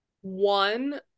one